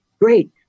great